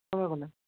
Coca Cola